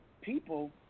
people